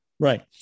Right